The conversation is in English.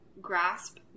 grasp